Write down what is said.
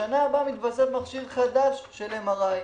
בשנה הבאה יתווסף מכשיר חדש של MRI,